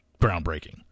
groundbreaking